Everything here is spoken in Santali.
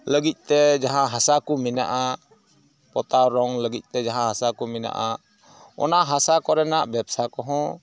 ᱞᱟᱹᱜᱤᱫ ᱛᱮ ᱡᱟᱦᱟᱸ ᱦᱟᱥᱟ ᱠᱚ ᱢᱮᱱᱟᱜᱼᱟ ᱯᱚᱛᱟᱣ ᱨᱚᱝ ᱞᱟᱹᱜᱤᱫ ᱛᱮ ᱡᱟᱦᱟᱸ ᱦᱟᱥᱟ ᱠᱚ ᱢᱮᱱᱟᱜᱼᱟ ᱚᱱᱟ ᱦᱟᱥᱟ ᱠᱚᱨᱮᱱᱟᱜ ᱵᱮᱵᱥᱟ ᱠᱚᱦᱚᱸ